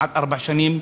כמעט ארבע שנים,